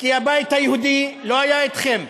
כי הבית היהודי לא היו איתכם,